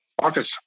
Marcus